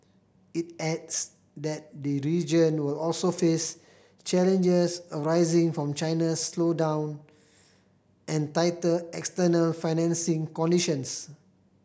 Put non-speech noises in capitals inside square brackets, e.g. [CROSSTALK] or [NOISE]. it adds that [UNINTELLIGIBLE] region will also face challenges arising from China's slowdown and tighter external financing conditions